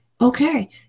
Okay